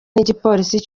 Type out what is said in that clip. n’igipolisi